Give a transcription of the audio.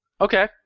Okay